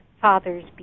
fathers